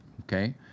okay